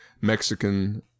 Mexican